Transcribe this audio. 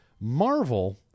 Marvel